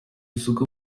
isoko